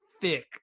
Thick